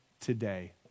today